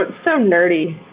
but so nerdy.